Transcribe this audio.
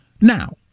now